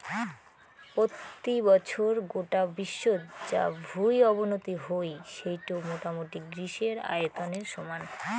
পত্যি বছর গোটা বিশ্বত যা ভুঁই অবনতি হই সেইটো মোটামুটি গ্রীসের আয়তনের সমান